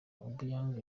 obiang